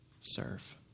serve